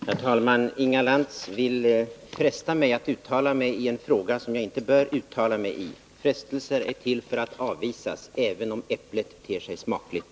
Herr talman! Inga Lantz vill fresta mig att uttala mig i en fråga som jag inte bör uttala mig i. Frestelser är till för att avvisas, även om äpplet ter sig smakligt.